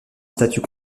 statut